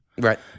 Right